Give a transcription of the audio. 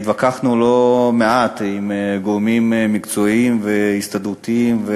התווכחנו לא מעט עם גורמים מקצועיים והסתדרותיים,